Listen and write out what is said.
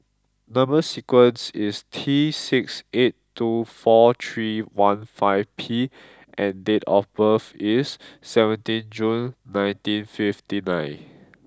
number sequence is T six eight two four three one five P and date of birth is seventeen June nineteen fifty nine